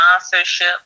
sponsorship